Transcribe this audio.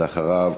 אחריו,